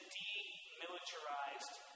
demilitarized